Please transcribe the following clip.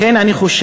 לכן אני חושב,